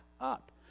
up